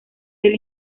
del